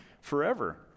forever